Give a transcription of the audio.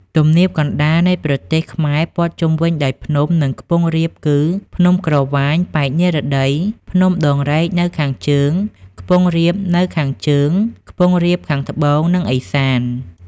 ទំនាបកណ្តាលនៃប្រទេសខ្មែរព័ទ្ធជំុវិញដោយភ្នំ និងខ្ពង់រាបគឺ ភ្នំក្រវាញប៉ែកនិរតី ភ្នំដងរែកនៅខាងជើង ខ្ពង់រាបនៅខាងជើង ខ្ពង់រាបខាងត្បូងនិង ឦសាន។